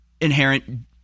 inherent